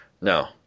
No